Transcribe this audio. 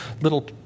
little –